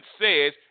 says